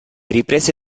riprese